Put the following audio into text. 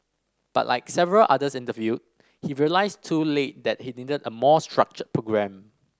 but like several others interviewed he realised too late that he needed a more structured programme